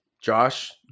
Josh